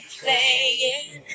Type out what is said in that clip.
playing